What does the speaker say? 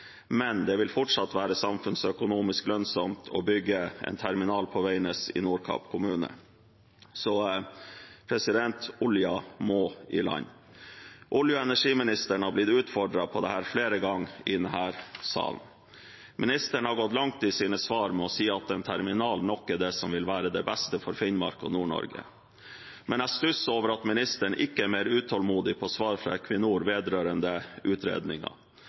men det vil fortsatt være samfunnsøkonomisk lønnsomt å bygge en terminal på Veidnes i Nordkapp kommune. Oljen må i land. Olje- og energiministeren har blitt utfordret på dette flere ganger i denne salen. Statsråden har gått langt i sine svar, ved å si at en terminal nok er det som vil være det beste for Finnmark og Nord-Norge. Men jeg stusser over at statsråden ikke er mer utålmodig etter svar fra Equinor vedrørende